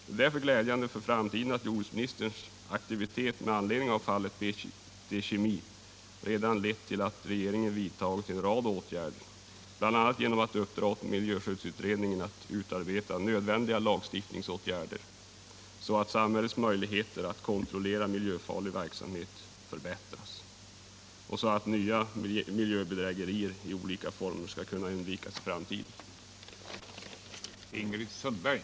Det är därför glädjande för framtiden att jordbruksministerns aktivitet med anledning av fallet BT Kemi redan lett till att regeringen vidtagit en rad åtgärder, bl.a. genom att uppdra åt miljöskyddsutredningen att utarbeta nödvändiga lagstiftningsåtgärder så att samhällets möjligheter att kontrollera miljöfarlig verksamhet förbättras och så att nya miljöbedrägerier i olika former inte skall kunna upprepas i framtiden.